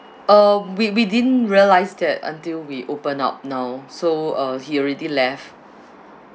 uh we we didn't realise that until we open up now so uh he already left